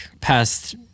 past